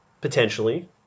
potentially